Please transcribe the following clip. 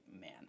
man